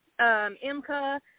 IMCA